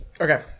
Okay